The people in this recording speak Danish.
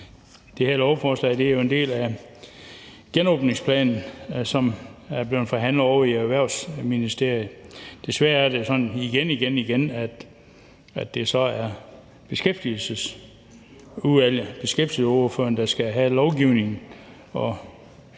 Det her lovforslag er jo en del af genåbningsplanen, som er blevet forhandlet ovre i Erhvervsministeriet. Desværre er det sådan igen og igen, at det så er Beskæftigelsesudvalget og